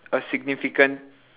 a significant